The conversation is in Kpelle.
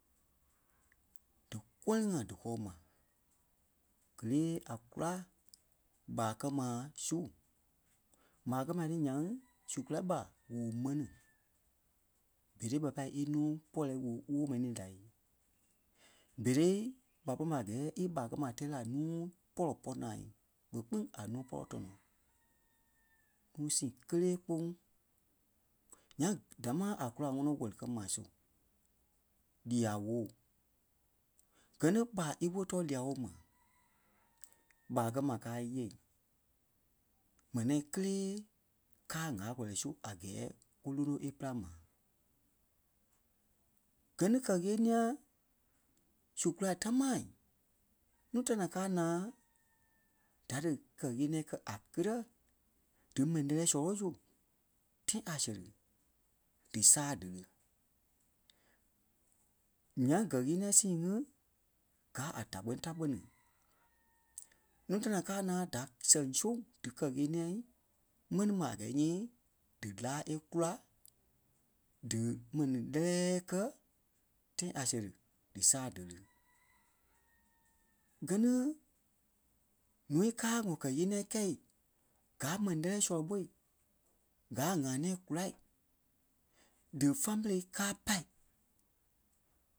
dí kɔ̃liŋ-ŋai dí kɔɔ mai. Gelee a kula ɓâa kɛ́ ma sui. M̀âa kɛ́ ma tí nyaŋ su kulâi ɓa ŋ̀ɔ́o mɛnii. Berei ɓa pâi ínuu pɔlɔ woo- wóo mɛnii la. Berei ɓa pɔri mai a gɛɛ í ɓâa kɛ́ ma tɛɛ la núu pɔlɔ pɔ́ naa vè kpîŋ a nuu pɔlɔ tɔnɔɔ, nuu sii kélee kpóŋ. Nýaŋ dámaa a kulâi ŋɔnɔ wɛli-kɛ́-ma su, lîa-woo. Gɛ́ ní ɓa íwɔli tɔɔ lîa-woo ma, ɓâa kɛ́ ma káa íyee, m̀ɛnii ŋai ŋí kélee káa ŋ̀âla-kɔlɔi su a gɛɛ kú lónoi é pîlaŋ ma. Gɛ́ ni kɛ́ ɣeniɛi su kulâi támaa nuu ta naa káa naa da dí kɛ́ ɣeniɛi kɛ́ a kirɛ dí m̀ɛni lɛ́lɛɛ sɔlɔ ɓô su tãi a serí dí sáa dí li. Ńyaŋ kɛ̀ ɣeniɛi sii ŋí gáa a da kpɛni da kpɛ̀ni. Nuu da ní ŋai káa naa da sɛŋ sóŋ díkɛ ɣeniɛi mɛni ma a gɛɛ nyii dí láa e kulâi, dí ḿɛnii lɛ́lɛɛ kɛ́ tãi a seri di sáa dí li. Gɛ́ ni nùu káa ŋɔ kɛ́ ɣeniɛi kɛ̂i, gáa mɛnii lɛ́lɛ sɔlɔ ɓô, gaa ŋa nɛ̃ɛ kulâi, dí family káa pâi